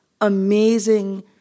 amazing